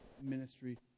ministry